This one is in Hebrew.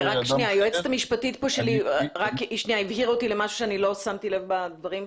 היועצת המשפטית שלי הבהירה משהו שאני לא שמתי לב בדברים.